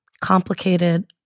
complicated